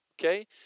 Okay